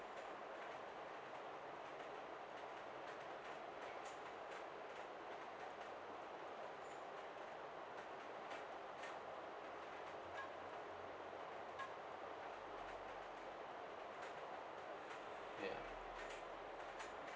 ya